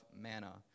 manna